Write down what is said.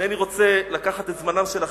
אינני רוצה לקחת את זמנם של אחרים.